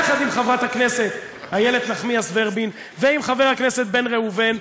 יחד עם חברת הכנסת איילת נחמיאס ורבין ועם חבר הכנסת בן ראובן,